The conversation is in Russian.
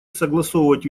согласовывать